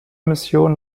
mission